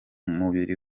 mubiri